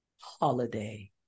holiday